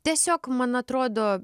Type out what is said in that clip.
tiesiog man atrodo